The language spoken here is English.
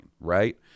Right